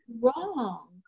wrong